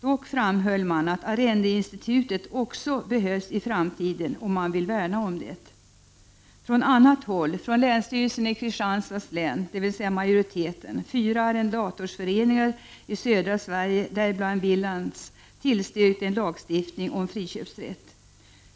Dock framhöll man att arrendeinstitutet behövs också i framtiden, och man ville värna om detta. Från annat håll, från länsstyrelsen i Kristianstads län — dvs. majoriteten — och från fyra arrendatorsföreningar i södra Sverige, däribland Willands arrendatorförening, har man tillstyrkt när det gäller en lagstiftning om friköpsrätt.